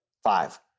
five